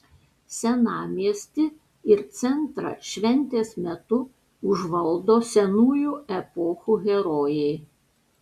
senamiestį ir centrą šventės metu užvaldo senųjų epochų herojai